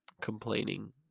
complaining